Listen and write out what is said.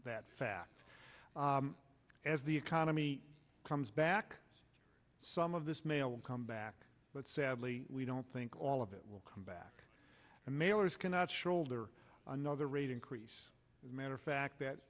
that fact as the economy comes back some of this mail come back but sadly we don't think all of it will come back and mailers cannot shoulder another rate increase matter fact that